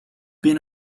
been